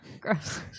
Gross